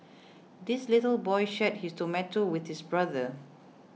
the little boy shared his tomato with his brother